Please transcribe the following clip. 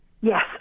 Yes